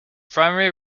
primary